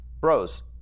bros